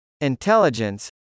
Intelligence